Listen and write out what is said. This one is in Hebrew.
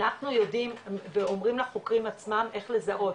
אנחנו יודעים ואומרים לחוקרים עצמם איך לזהות,